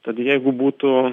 tad jeigu būtų